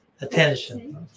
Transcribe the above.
Attention